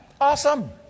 awesome